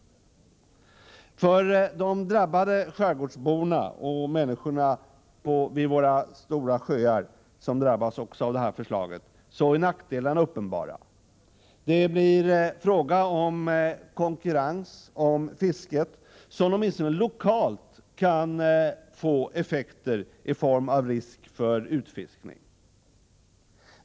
För de drabbade människorna i våra skärgårdar och vid våra sjöar är nackdelarna uppenbara. Det blir fråga om konkurrens om fisket, och detta kan lokalt få effekter i form av risk för utfiskning.